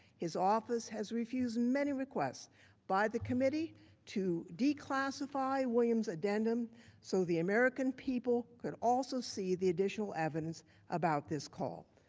office has refused many request by the committee to declassify william's addendum so the american people could also see the additional evidence about this call.